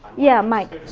yeah, mike.